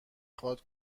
خواد